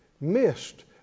missed